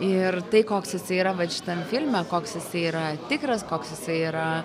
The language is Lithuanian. ir tai koks jis yra vat šitam filme koks jisai yra tikras koks jisai yra